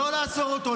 לא לעצור אותו,